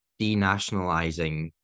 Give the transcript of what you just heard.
denationalizing